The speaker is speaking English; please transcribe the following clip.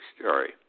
story